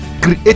create